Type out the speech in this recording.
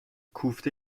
کوفته